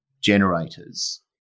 generators